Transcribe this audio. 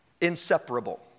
inseparable